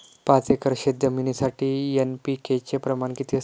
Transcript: पाच एकर शेतजमिनीसाठी एन.पी.के चे प्रमाण किती असते?